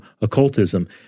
occultism